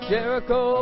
Jericho